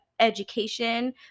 Education